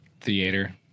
Theater